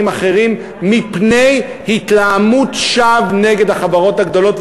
אחרים מפני התלהמות שווא נגד החברות הגדולות,